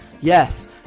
yes